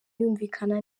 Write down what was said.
yumvikana